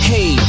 Hey